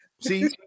See